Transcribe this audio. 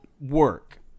work